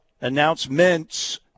announcements